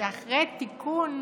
שאחרי תיקון,